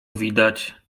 widać